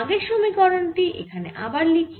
আগের সমীকরণ টি এখানে আবার লিখি